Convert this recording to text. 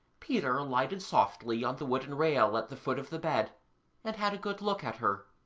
peter alighted softly on the wooden rail at the foot of the bed and had a good look at her.